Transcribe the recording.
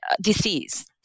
disease